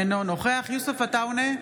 אינו נוכח יוסף עטאונה,